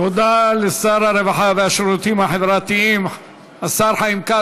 תודה לשר הרווחה והשירותים החברתיים השר חיים כץ.